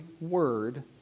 word